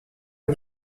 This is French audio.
les